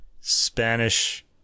spanish